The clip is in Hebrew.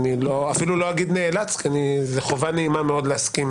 זאת חובה נעימה מאוד להסכים